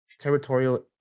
territorial